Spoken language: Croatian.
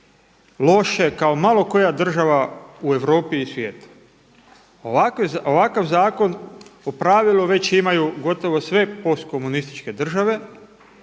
loše kao malo koja država u Europi i svijetu. Ovakav zakon u pravilu već imaju gotovo sve postkomunističke države